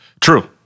True